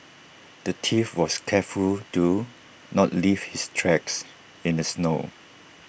the thief was careful to not leave his tracks in the snow